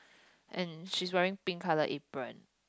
and she's wearing pink color apron